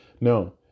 No